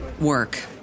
work